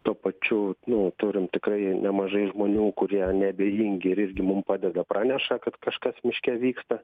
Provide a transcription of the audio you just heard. tuo pačiu nu turim tikrai nemažai žmonių kurie neabejingi ir irgi mum padeda praneša kad kažkas miške vyksta